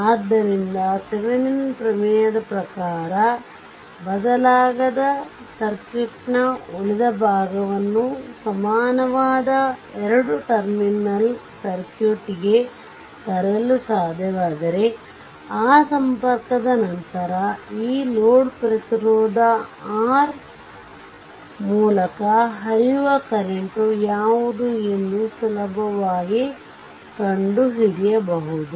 ಆದ್ದರಿಂದ ಥೆವೆನಿನ್ ಪ್ರಮೇಯದ ಪ್ರಕಾರ ಬದಲಾಗದ ಸರ್ಕ್ಯೂಟ್ ನ ಉಳಿದ ಭಾಗವನ್ನು ಸಮಾನವಾದ ಎರಡು ಟರ್ಮಿನಲ್ ಸರ್ಕ್ಯೂಟ್ ಗೆ ತರಲು ಸಾಧ್ಯವಾದರೆ ಆ ಸಂಪರ್ಕದ ನಂತರ ಈ ಲೋಡ್ ಪ್ರತಿರೋಧ R ಮೂಲಕ ಹರಿಯುವ ಕರೆಂಟ್ ಯಾವುದು ಎಂದು ಸುಲಭವಾಗಿ ಕಂಡುಹಿಡಿಯಬಹುದು